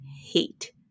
hate